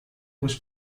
was